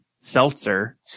seltzer